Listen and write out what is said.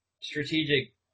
strategic